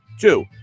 Two